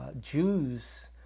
Jews